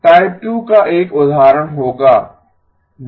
type 2 का एक उदाहरण होगा H h0h1 z−1h2 z−2h2 z−3h1 z−4h0 z−5